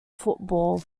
football